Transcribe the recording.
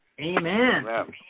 Amen